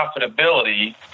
profitability